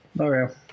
Okay